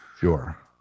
Sure